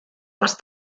els